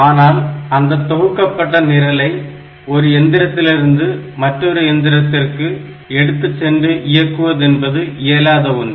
ஆனால் அந்த தொகுக்கப்பட்ட நிரலை ஒரு எந்திரத்திலிருந்து மற்றொரு எந்திரத்திற்கு எடுத்து சென்று இயக்குவது என்பது இயலாத ஒன்று